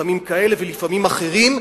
לפעמים כאלה ולפעמים אחרים,